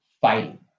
fighting